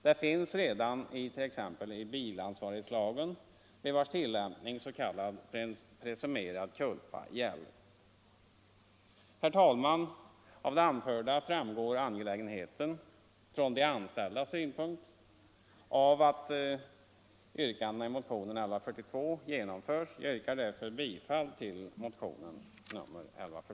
Det finns redan i bilansvarighetslagen vid vars tillämpning s.k. presumerad culpa gäller.